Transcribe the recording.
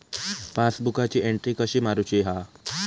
पासबुकाची एन्ट्री कशी मारुची हा?